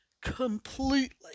completely